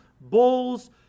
bowls